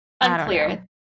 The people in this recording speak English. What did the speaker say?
Unclear